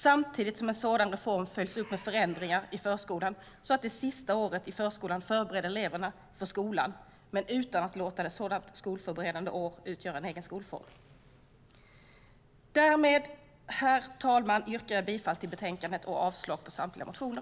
Samtidigt ska en sådan reform följas upp med förändringar i förskolan så att det sista i året i förskolan förbereder eleverna för skolan - men utan att låta ett sådant skolförberedande år utgöra en egen skolform. Herr talman! Jag yrkar bifall till förslaget i betänkandet och avslag på samtliga motioner.